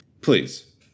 please